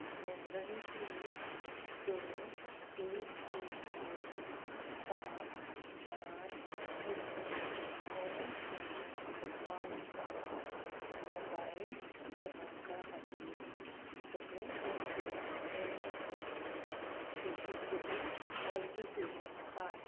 नोंदणीकृत स एक एक सात चार शुन्य णव शुन्य पांच णव मोबायल क्रमांका खातीर सगळे अर्ज केल्ले नवे शिश्यवृत अर्ज सोदून काड